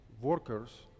workers